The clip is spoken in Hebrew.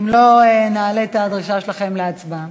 אם לא, נעלה את הדרישה שלכם להצבעה.